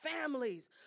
families